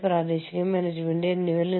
പിന്നെ പ്രാദേശികവൽക്കരണം